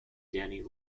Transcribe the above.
danny